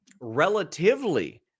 relatively